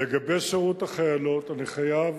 לגבי שירות החיילות, אני חייב